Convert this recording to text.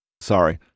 Sorry